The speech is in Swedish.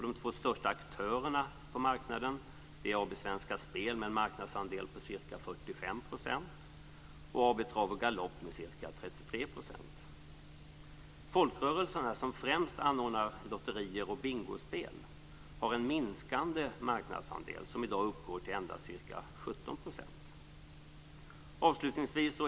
De två största aktörerna på marknaden är AB Svenska Spel med en marknadsandel på ca 45 % och AB Trav och Galopp med en marknadsandel på ca 33 %. Folkrörelserna, som främst anordnar lotterier och bingospel, har en minskande marknadsandel som i dag uppgår till endast ca 17 %.